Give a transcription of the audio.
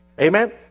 Amen